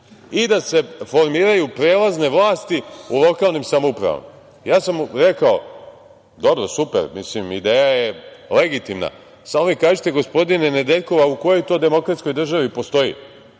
i da se formiraju prelazne vlasti u lokalnim samouprava. Rekao sam mu, dobro, super, ideja je legitimna, samo mi kažite gospodine Nedeljkov, u kojoj to demokratskoj državi postoji.